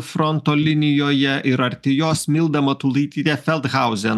fronto linijoje ir arti jos milda matulaitytė feldhauzen